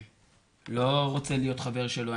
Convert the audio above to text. לא רוצה להיות חבר שלו,